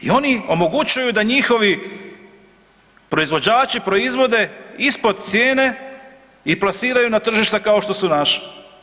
I oni omogućuju da njihovi proizvođači proizvode ispod cijene i plasiraju na tržišta kao što su naša.